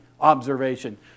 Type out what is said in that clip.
observation